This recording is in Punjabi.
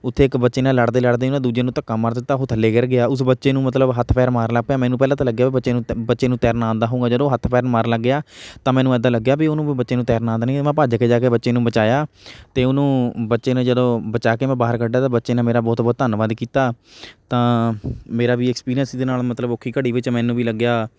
ਉੱਥੇ ਇੱਕ ਬੱਚੇ ਨੇ ਲੜਦੇ ਲੜਦੇ ਨਾ ਦੂਜੇ ਨੂੰ ਧੱਕਾ ਮਾਰ ਦਿੱਤਾ ਉਹ ਥੱਲੇ ਗਿਰ ਗਿਆ ਉਸ ਬੱਚੇ ਨੂੰ ਮਤਲਬ ਹੱਥ ਪੈਰ ਮਾਰਨ ਲਾ ਪਿਆ ਮੈਨੂੰ ਪਹਿਲਾਂ ਤਾਂ ਲੱਗਿਆ ਬੱਚੇ ਨੂੰ ਤ ਬੱਚੇ ਨੂੰ ਤੈਰਾਨਾ ਆਉਂਦਾ ਹੋਵੇਗਾ ਜਦੋਂ ਹੱਥ ਪੈਰ ਮਾਰਨ ਲੱਗ ਗਿਆ ਤਾਂ ਮੈਨੂੰ ਇੱਦਾਂ ਲੱਗਿਆ ਵੀ ਉਹਨੂੰ ਬੱਚੇ ਨੂੰ ਤੈਰਨਾ ਆਉਂਦਾ ਨਹੀਂ ਮੈਂ ਭੱਜ ਕੇ ਜਾ ਕੇ ਬੱਚੇ ਨੂੰ ਬਚਾਇਆ ਅਤੇ ਉਹਨੂੰ ਬੱਚੇ ਨੂੰ ਜਦੋਂ ਬਚਾ ਕੇ ਮੈਂ ਬਾਹਰ ਕੱਢਿਆ ਤਾਂ ਬੱਚੇ ਨੇ ਮੇਰਾ ਬਹੁਤ ਬਹੁਤ ਧੰਨਵਾਦ ਕੀਤਾ ਤਾਂ ਮੇਰਾ ਵੀ ਐਕਸਪੀਰੀਅੰਸ ਇਹਦੇ ਨਾਲ ਮਤਲਬ ਔਖੀ ਘੜੀ ਵਿੱਚ ਮੈਨੂੰ ਵੀ ਲੱਗਿਆ